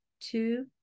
two